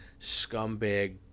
scumbag